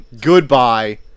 Goodbye